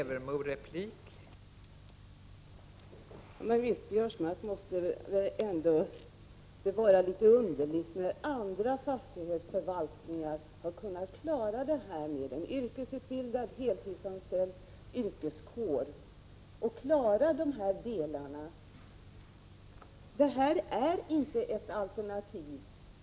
Fru talman! Men visst är väl detta litet underligt, Biörsmark, när andra fastighetsförvaltningar har kunnat klara det med en yrkesutbildad, heltidsanställd yrkeskår. Det här är inte ett alternativ.